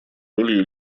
ролью